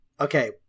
Okay